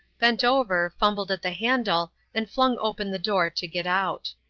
bent over, fumbled at the handle and flung open the door to get out.